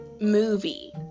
movie